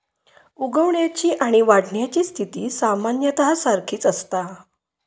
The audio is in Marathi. उगवण्याची आणि वाढण्याची स्थिती सामान्यतः सारखीच असता